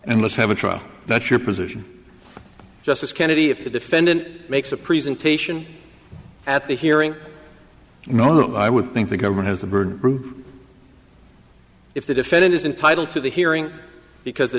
let's have a trial that's your position justice kennedy if the defendant makes a presentation at the hearing you know i would think the government has the burden if the defendant is entitled to the hearing because the